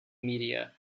media